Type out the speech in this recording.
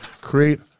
create